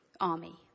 army